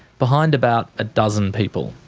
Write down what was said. behind about a dozen people.